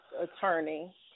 attorney